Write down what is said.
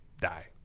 die